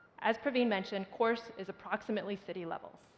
as praveen mentioned, coarse is approximately city level.